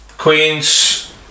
Queens